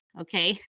okay